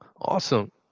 Awesome